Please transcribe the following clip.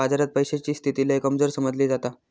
बाजारात पैशाची स्थिती लय कमजोर समजली जाता